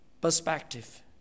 perspective